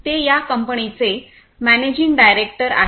ते या कंपनीचे मॅनेजिंग डायरेक्टर आहेत